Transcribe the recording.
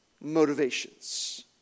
motivations